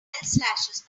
slashes